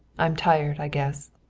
i'm tired, i guess.